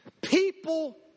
People